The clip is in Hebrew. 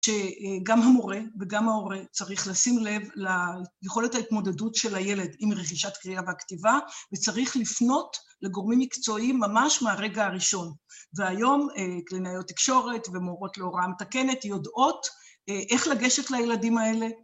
שגם המורה וגם ההורה צריך לשים לב ליכולת ההתמודדות של הילד עם רכישת קריאה והכתיבה וצריך לפנות לגורמים מקצועיים ממש מהרגע הראשון. והיום קלינאיות תקשורת ומורות להוראה המתקנת יודעות איך לגשת לילדים האלה.